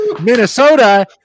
Minnesota